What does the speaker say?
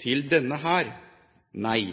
til denne hær. Nei,